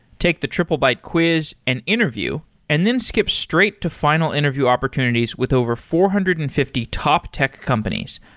take the triplebyte quiz and interview and then skip straight to final interview opportunities with over four hundred and fifty top tech companies,